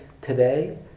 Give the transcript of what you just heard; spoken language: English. today